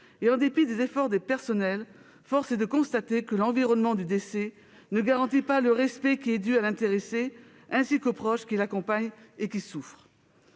et en dépit des efforts des personnels, force est de constater que l'environnement du décès ne garantit pas le respect qui est dû à l'intéressé, ainsi qu'aux proches qui l'accompagnent et qui souffrent.